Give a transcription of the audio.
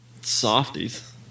softies